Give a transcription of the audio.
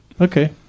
okay